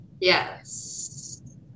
yes